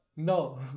no